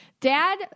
Dad